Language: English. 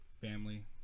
family